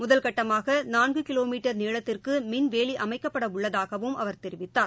முதல்கட்டமாகநான்குகிலோமீட்டர் நீளத்திற்குமின்வேலிஅமைக்கப்பட உள்ளதாகவும் அவர் தெரிவித்தார்